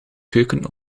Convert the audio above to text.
keuken